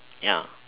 ya